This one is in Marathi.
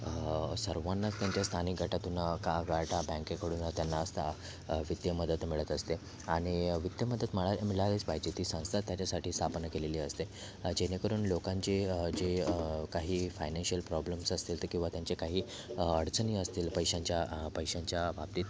सर्वांना त्यांच्या स्थानिक गटातून का बॅटा बँकेकडून त्यांना स्था वित्तीय मदत मिळत असते आणि वित्तीय मदत मळा मिळालीच पाहिजे ती संस्था त्याच्यासाठी स्थापन केलेली असते जेणेकरून लोकांचे जे काही फायनान्शियल प्रॉब्लम्स असतील ते किंवा त्यांचे काही अडचणी असतील पैशांच्या पैशांच्या बाबतीत